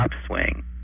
upswing